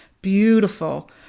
beautiful